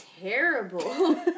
terrible